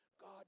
God